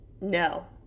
No